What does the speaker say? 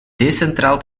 decentraal